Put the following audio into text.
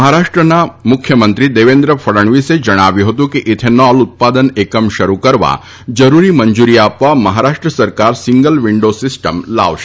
મહારાષ્ટ્રના મુખ્યમંત્રી દેવેન્દ્ર ફડણવીસે જણાવ્યું હતું કે ઇથેનોલ ઉત્પાદન એકમ શરૂ કરવા જરૂરી મંજુરી આપવા મહારાષ્ટ્ર સરકાર સિંગલ વીન્ડો સીસ્ટમ લાવશે